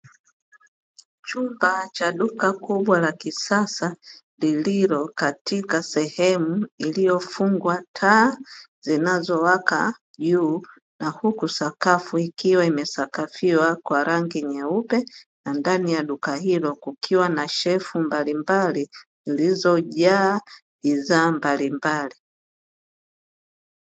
Chumba cha duka kubwa la kisasa lililo katika sehemu iliyofungwa taa zinazowaka juu, na huku sakafu ikiwa imesakafiwa kwa rangi nyeupe na ndani ya duka hilo kukiwa na shelfu mbalimbali zilizojaa bidhaa mbalimbali.